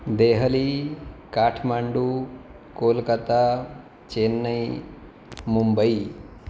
Delhi Kathmandu Kolkata Chennai Mumbai